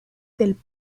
del